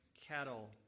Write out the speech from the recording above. Cattle